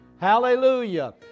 Hallelujah